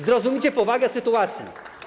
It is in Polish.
Zrozumcie powagę sytuacji.